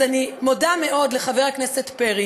אז אני מודה מאוד לחבר הכנסת פרי.